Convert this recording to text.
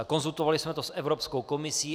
Konzultovali jsme to s Evropskou komisí.